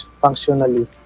functionally